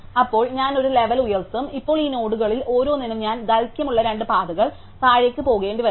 അപ്പോൾ ഞാൻ ഒരു ലെവൽ ഉയർത്തും ഇപ്പോൾ ഈ നോഡുകളിൽ ഓരോന്നിനും ഞാൻ ദൈർഘ്യമുള്ള 2 പാതകൾ താഴേക്ക് പോകേണ്ടി വരും